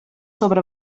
sobre